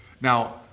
Now